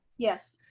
yes.